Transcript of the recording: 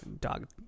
Dog